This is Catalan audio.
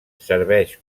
serveix